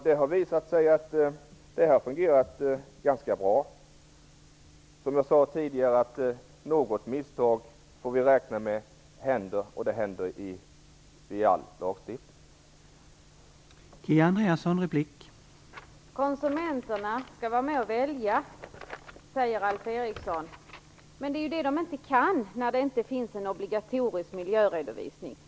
Det har visat sig att detta har fungerat ganska bra. Vi får räkna med att det händer något misstag, och det händer vid all lagstiftning.